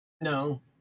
No